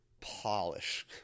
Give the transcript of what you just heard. polish